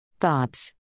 Thoughts